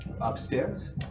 Upstairs